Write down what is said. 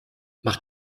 mach